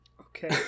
Okay